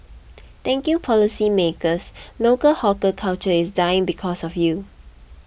thank you policymakers local hawker culture is dying because of you